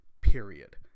period